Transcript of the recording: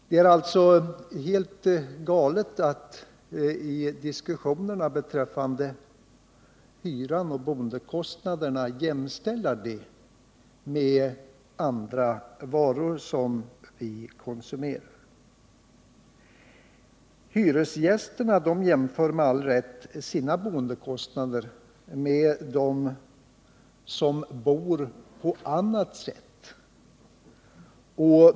Det är alltså helt galet att i diskussionen om hyror och boendekostnader jämställa dessa med kostnader för varor som vi konsumerar. Hyresgästerna jämför med all rätt sina boendekostnader med boendekostnaderna för dem som bor på annat sätt.